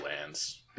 lands